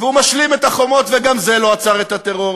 והוא משלים את החומות, וגם זה לא עצר את הטרור.